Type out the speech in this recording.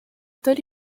tell